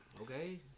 okay